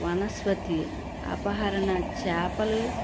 వనస్వతి అపహరణ చేపలు